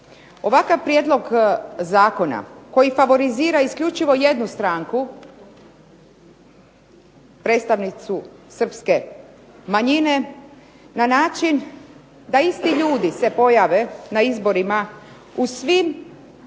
Ovakav prijedlog zakona koji favorizira isključivo jednu stranku predstavnicu Srpske manjine, na način da se isti ljudi pojave na izborima u svih